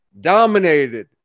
dominated